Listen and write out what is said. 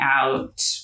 out